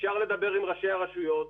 אפשר לדבר עם ראשי הרשויות,